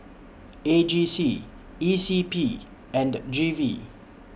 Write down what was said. A G C E C P and G V